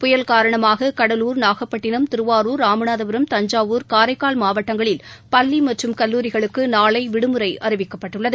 புயல் காரணமாக கடலூர் திருவாரூர் நாகப்பட்டினம் ராமநாதபுரம் தஞ்சாவூர் காரைக்கால் மாவட்டங்களில் பள்ளி மற்றும் கல்லூரிகளுக்கு நாளை விடுமுறை அறிவிக்கப்பட்டுள்ளது